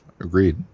agreed